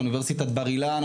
אוניברסיטת בר אילן,